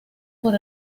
por